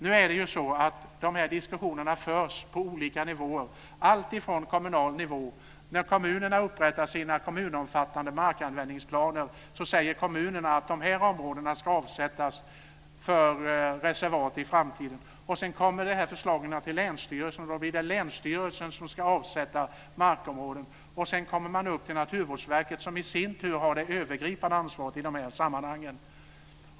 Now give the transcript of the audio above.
Nu är det ju så att de här diskussionerna förs på olika nivåer alltifrån kommunal nivå. När kommunerna upprättar sina kommunomfattande markanvändningsplaner säger kommunerna att vissa områden ska avsättas för reservat i framtiden. Sedan kommer förslaget till länsstyrelsen, och då blir det länsstyrelsen som ska avsätta markområden. Sedan kommer man upp till Naturvårdsverket som i sin tur har det övergripande ansvaret i de här sammanhangen.